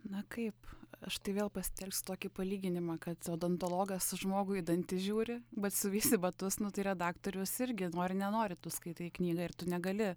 na kaip aš tai vėl pasitelksiu tokį palyginimą kad odontologas žmogui į dantis žiūri batsiuvys į batus nu tai redaktorius irgi nori nenori tu skaitai knygą ir tu negali